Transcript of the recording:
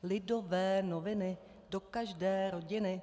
Lidové noviny do každé rodiny.